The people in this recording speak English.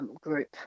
Group